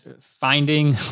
finding